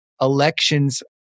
elections